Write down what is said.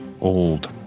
old